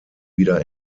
wieder